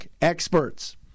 experts